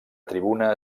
tribuna